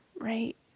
right